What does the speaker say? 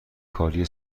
کاری